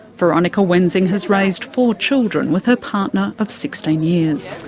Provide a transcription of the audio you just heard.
veronica wensing has raised four children with her partner of sixteen years.